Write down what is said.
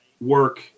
work